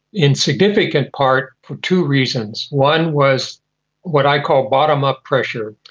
in significant part for two reasons one was what i call bottom-up pressure,